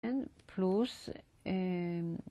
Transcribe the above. ‫פלוס...